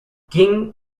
king